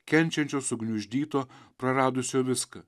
kenčiančio sugniuždyto praradusio viską